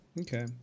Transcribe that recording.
Okay